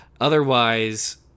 otherwise